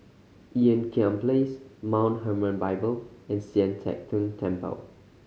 Ean Kiam Place Mount Hermon Bible and Sian Teck Tng Temple